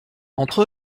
entre